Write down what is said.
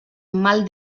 mal